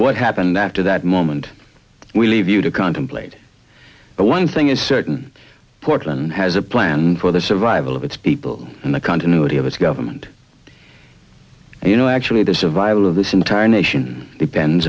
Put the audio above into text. what happened after that moment we leave you to contemplate but one thing is certain portland has a plan for the survival of its people and the continuity of its government and you know actually the survival of this entire nation depends